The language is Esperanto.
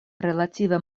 relative